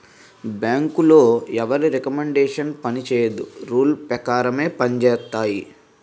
బ్యాంకులో ఎవరి రికమండేషన్ పనిచేయదు రూల్ పేకారం పంజేత్తాయి